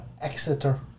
Exeter